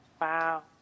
Wow